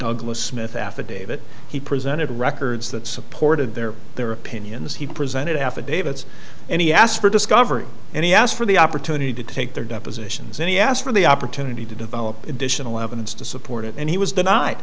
douglas smith affidavit he presented records that supported their their opinions he presented affidavits and he asked for discovery and he asked for the opportunity to take their depositions and he asked for the opportunity to develop additional evidence to support it and he was